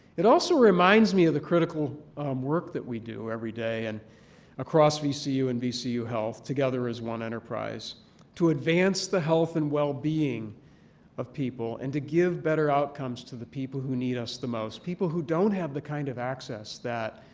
it also reminds me of the critical work that we do every day and across vcu and vcu health together as one enterprise to advance the health and wellbeing of people and to give better outcomes to the people who need us the most, people who don't have the kind of access that